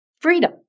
freedom